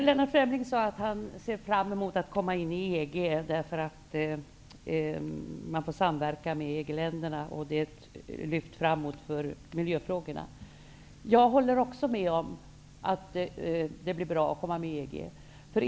Lennart Fremling säger att han ser fram emot att komma med i EG, därför att man då får samverka med EG-länderna, vilket innebär ett lyft för miljöfrågorna. Jag håller också med om att det är bra att komma med i EG.